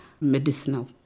medicinal